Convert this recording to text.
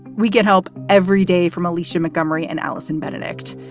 we get help everyday from alicia montgomery and allison benedikt.